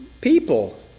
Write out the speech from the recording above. people